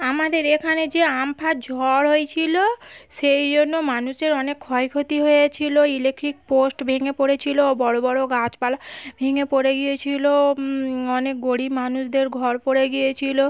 আমাদের এখানে যে আমফান ঝড় হয়েছিলো সেই জন্য মানুষের অনেক ক্ষয় ক্ষতি হয়েছিলো ইলেকট্রিক পোস্ট ভেঙে পড়েছিলো বড়ো বড়ো গাছপালা ভেঙে পড়ে গিয়েছিলো অনেক গরীব মানুষদের ঘর পড়ে গিয়েছিলো